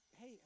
hey